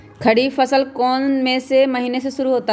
खरीफ फसल कौन में से महीने से शुरू होता है?